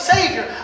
Savior